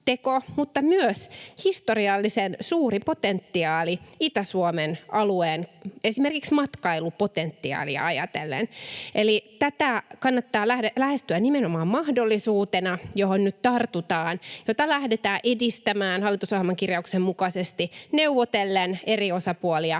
mutta myös historiallisen suuri potentiaali Itä-Suomen alueelle, esimerkiksi matkailupotentiaalia ajatellen. Eli tätä kannattaa lähestyä nimenomaan mahdollisuutena, johon nyt tartutaan ja jota lähdetään edistämään hallitusohjelman kirjauksen mukaisesti neuvotellen, eri osapuolia